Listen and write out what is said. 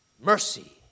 Mercy